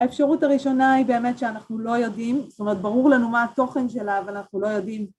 האפשרות הראשונה היא באמת שאנחנו לא יודעים, זאת אומרת ברור לנו מה התוכן שלה, אבל אנחנו לא יודעים